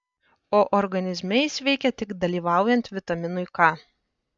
o organizme jis veikia tik dalyvaujant vitaminui k